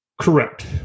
Correct